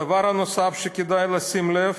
הדבר הנוסף שכדאי לשים לב